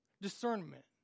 discernment